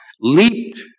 leaped